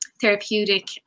therapeutic